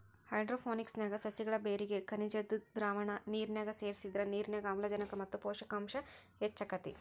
hydroponics ನ್ಯಾಗ ಸಸಿಗಳ ಬೇರಿಗೆ ಖನಿಜದ್ದ ದ್ರಾವಣ ನಿರ್ನ್ಯಾಗ ಸೇರ್ಸಿದ್ರ ನಿರ್ನ್ಯಾಗ ಆಮ್ಲಜನಕ ಮತ್ತ ಪೋಷಕಾಂಶ ಹೆಚ್ಚಾಕೇತಿ